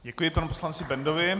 Děkuji panu poslanci Bendovi.